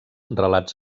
relats